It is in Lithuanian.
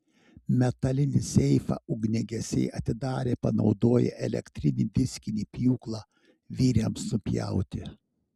metalinį seifą ugniagesiai atidarė panaudoję elektrinį diskinį pjūklą vyriams nupjauti